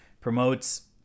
promotes